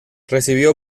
recibió